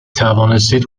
توانستید